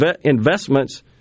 investments